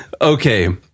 okay